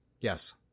Yes